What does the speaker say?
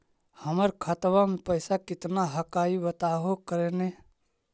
हमर खतवा में पैसा कितना हकाई बताहो करने?